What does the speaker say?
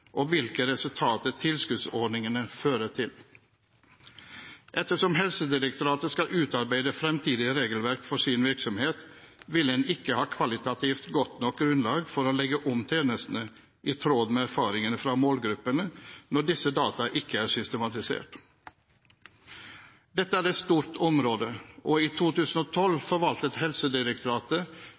og hvilke resultater tilskuddsordningene fører til. Ettersom Helsedirektoratet skal utarbeide framtidig regelverk for sin virksomhet, vil en ikke ha kvalitativt godt nok grunnlag for å legge om tjenestene i tråd med erfaringene fra målgruppene når disse data ikke er systematisert. Dette er et stort område, og i 2012 forvaltet Helsedirektoratet